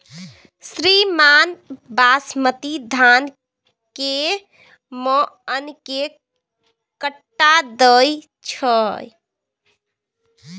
श्रीमान बासमती धान कैए मअन के कट्ठा दैय छैय?